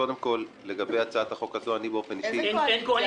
איזה קואליציה?